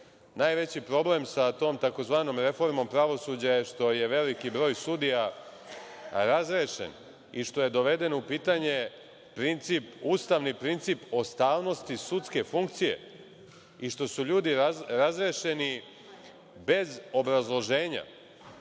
Najveći problem sa tom takozvanom reformom pravosuđa je što je veliki broj sudija razrešen i što je doveden u pitanje ustavni princip o stalnosti sudske funkcije i što su ljudi razrešeni bez obrazloženja